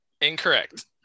incorrect